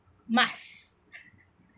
must